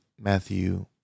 Matthew